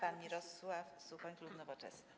Pan Mirosław Suchoń, klub Nowoczesna.